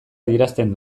adierazten